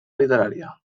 literària